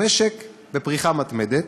המשק בפריחה מתמדת.